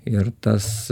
ir tas